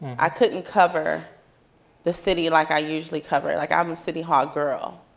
i couldn't cover the city like i usually cover. like i'm a city hall girl.